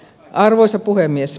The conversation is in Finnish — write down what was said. arvoisa puhemies